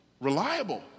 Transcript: reliable